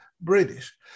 British